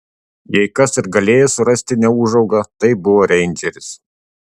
jei kas ir galėjo surasti neūžaugą tai buvo reindžeris